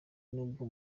n’ubwo